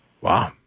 Wow